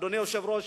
אדוני היושב-ראש,